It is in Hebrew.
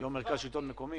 יושב-ראש מרכז השלטון המקומי.